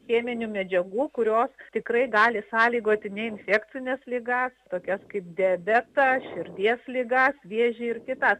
cheminių medžiagų kurios tikrai gali sąlygoti neinfekcines ligas tokias kaip diabetą širdies ligas vėžį ir kitas